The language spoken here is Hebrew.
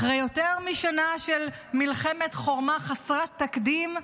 אחרי יותר משנה של מלחמת חורמה חסרת תקדים,